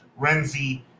Renzi